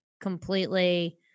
completely